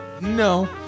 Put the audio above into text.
No